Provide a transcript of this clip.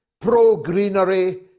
pro-greenery